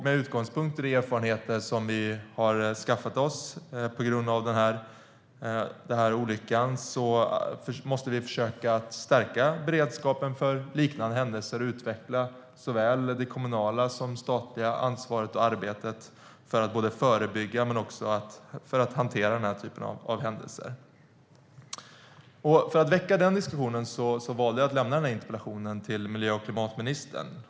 Med utgångspunkt i de erfarenheter som vi har skaffat oss på grund av olyckan måste vi försöka stärka beredskapen för liknande händelser och utveckla såväl det kommunala som det statliga ansvaret och arbetet för att både förebygga och hantera denna typ av händelser. För att väcka den diskussionen valde jag att ställa denna interpellation till miljö och klimatministern.